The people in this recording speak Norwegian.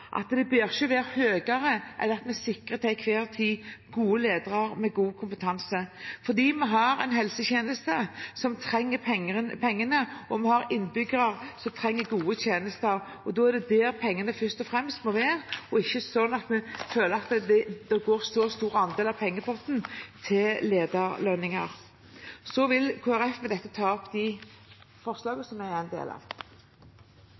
at lønnsnivået ikke bør være høyere enn at vi til enhver tid sikrer gode ledere med god kompetanse, for vi har en helsetjeneste som trenger pengene, og vi har innbyggere som trenger gode tjenester. Det er det pengene først og fremst må gå til, det må ikke være slik at vi føler at en for stor andel av pengepotten går til lederlønninger. Statens retningslinjer ble fastsatt av Nærings- og fiskeridepartementet med